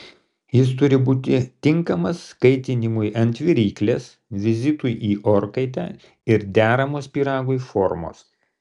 jis turi būti tinkamas kaitinimui ant viryklės vizitui į orkaitę ir deramos pyragui formos